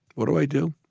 what do i do?